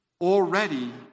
already